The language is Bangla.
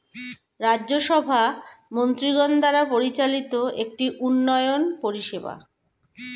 রাজ্য সভা মন্ত্রীগণ দ্বারা পরিচালিত একটি উন্নয়ন পরিষেবা